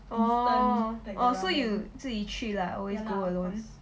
orh so you 自己去 always go alone